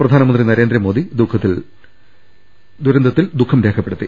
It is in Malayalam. പ്രധാനമന്ത്രി നരേന്ദ്രമോദി ദുരന്തത്തിൽ ദുഃഖം രേഖ പ്പെടുത്തി